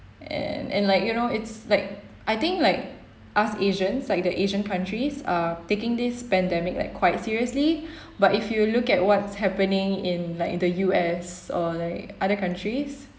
and and like you know it's like I think like us asians like the asian countries are taking this pandemic like quite seriously but if you look at what's happening in like in the U_S or like other countries